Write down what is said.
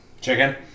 chicken